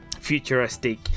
futuristic